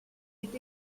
est